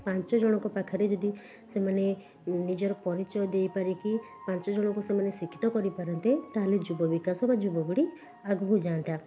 ପାଞ୍ଚଜଣଙ୍କ ପାଖରେ ଯଦି ସେମାନେ ନିଜର ପରିଚୟ ଦେଇପାରିକି ପାଞ୍ଚଜଣଙ୍କୁ ସେମାନେ ଶିକ୍ଷିତ କରିପାରନ୍ତେ ତା'ହେଲେ ଯୁବବିକାଶ ବା ଯୁବପିଢ଼ି ଆଗକୁ ଯାଆନ୍ତା